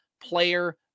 Player